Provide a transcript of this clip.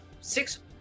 Six